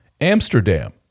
Amsterdam